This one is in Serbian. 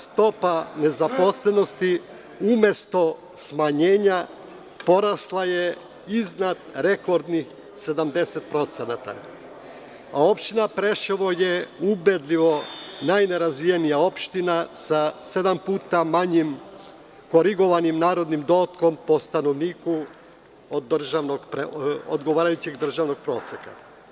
Stopa nezaposlenosti umesto smanjenja je porasla iznad rekordnih 70%, a opština Preševo je ubedljivo najnerazvijenija opština sa sedam puta manjim korigovanim narodnim dohotkom po stanovniku odgovarajućeg državnog proseka.